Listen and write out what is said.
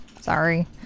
Sorry